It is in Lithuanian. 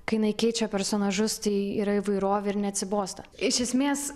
kai jinai keičia personažus tai yra įvairovė ir neatsibosta iš esmės